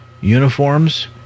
uniforms